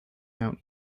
mount